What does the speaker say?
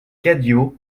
cadio